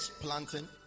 planting